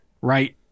right